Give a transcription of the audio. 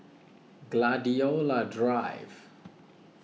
Gladiola Drive